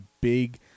big